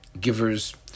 givers